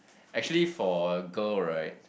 actually for a girl right